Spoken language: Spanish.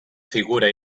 figura